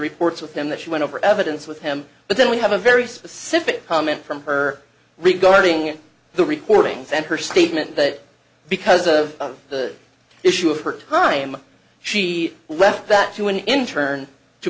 reports of him that she went over evidence with him but then we have a very specific comment from her regarding the recordings and her statement that because of the issue of her time she left that to an intern to